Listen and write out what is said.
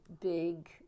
big